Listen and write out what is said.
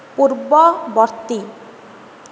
ପୂର୍ବବର୍ତ୍ତୀ